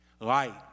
Light